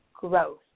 growth